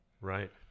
Right